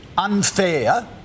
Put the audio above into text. Unfair